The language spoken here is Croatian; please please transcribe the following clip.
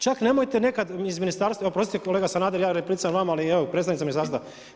Čak nemojte nekad, iz ministarstvo, oprostite kolega Sanader, ja repliciram vama, ali, evo, predstavnica ministarstva.